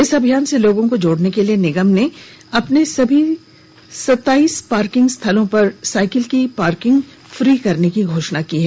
इस अभियान से लोगों को जोड़ने के लिए निगम में अपने सभी सताईस पार्किंग स्थलों पर साइकिल की पार्किंग फ्री करने की घोषणा की है